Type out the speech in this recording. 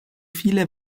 viele